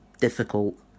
difficult